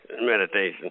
meditation